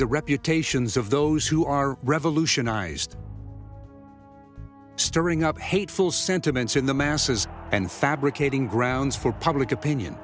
the reputations of those who are revolutionised stirring up hateful sentiments in the masses and fabricating grounds for public opinion